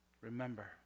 remember